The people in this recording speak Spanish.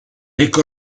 eco